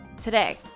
today